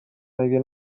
مگه